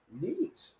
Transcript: neat